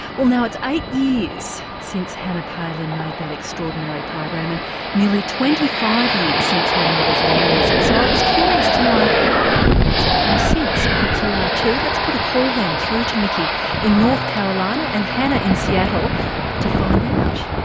well now it's eight years since hannah palin made that extraordinary program and nearly twenty five years since her mother's aneurysm, so i was curious to know what's happened since, perhaps you are too. let's put a call then through to nikki in north carolina and hannah in seattle to find out.